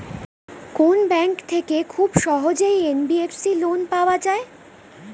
কোন ব্যাংক থেকে খুব সহজেই এন.বি.এফ.সি লোন পাওয়া যায়?